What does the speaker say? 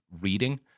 reading